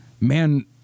man—